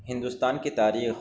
ہندوستان کی تاریخ